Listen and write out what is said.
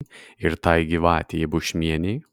ir tai gyvatei bušmienei